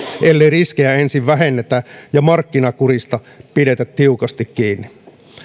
ellei riskejä ensin vähennetä ja markkinakurista pidetä tiukasti kiinni